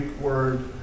word